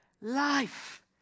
Life